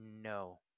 no